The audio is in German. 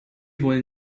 wollen